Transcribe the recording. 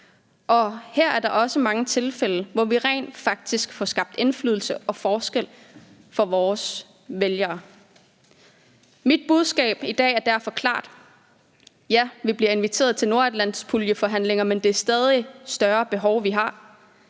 Og her er der også mange tilfælde, hvor vi rent faktisk får skabt indflydelse og forskel for vores vælgere. Kl. 15:56 Mit budskab i dag er derfor klart. Ja, vi bliver inviteret til nordatlantpuljeforhandlinger, men det er stadig større behov, vi har.